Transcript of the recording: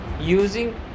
using